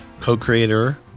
co-creator